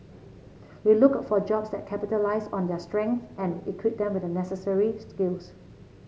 we look for jobs that capitalise on their strengths and equip them with the necessary skills